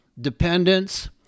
dependence